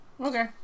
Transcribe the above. Okay